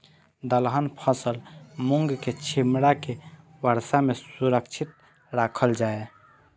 दलहन फसल मूँग के छिमरा के वर्षा में सुरक्षित राखल जाय?